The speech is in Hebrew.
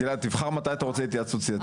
גלעד, תבחר מתי אתה רוצה התייעצות סיעתית.